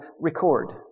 record